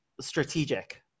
strategic